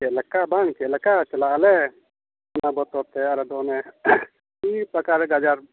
ᱪᱮᱫ ᱞᱮᱠᱟ ᱵᱟᱝ ᱪᱮᱫ ᱞᱮᱠᱟ ᱪᱟᱞᱟᱜ ᱟᱞᱮ ᱱᱚᱣᱟ ᱵᱚᱛᱚᱨᱛᱮ ᱟᱞᱮᱫᱚ ᱚᱱᱮ ᱵᱤᱨ ᱯᱟᱠᱟᱲ ᱜᱟᱡᱟᱲ